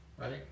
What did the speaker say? right